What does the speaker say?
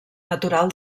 natural